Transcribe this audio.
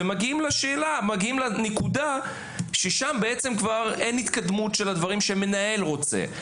ומגיעים לנקודה שממנה אין התקדמות של הדברים שהמנהל רוצה לקדם.